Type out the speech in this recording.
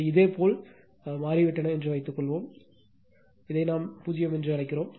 இவை இதேபோல் மாறிவிட்டன என்று வைத்துக்கொள்வோம் இதேபோல் இதை நாம் 0 என்று அழைக்கிறோம்